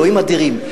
אלוהים אדירים,